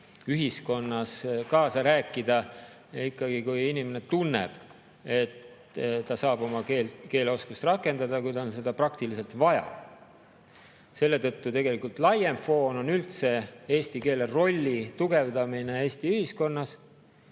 ühiskonnas kaasa rääkida. Ikkagi inimene peab tundma, et ta saab oma keeleoskust rakendada, kui tal on seda praktiliselt vaja. Selle tõttu tegelikult laiem foon on üldse eesti keele rolli tugevdamine Eesti ühiskonnas,